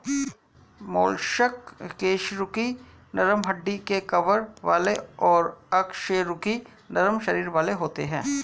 mollusc कशेरुकी नरम हड्डी के कवर वाले और अकशेरुकी नरम शरीर वाले होते हैं